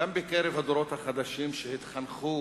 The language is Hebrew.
גם בקרב הדורות החדשים, שהתחנכו